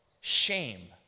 shame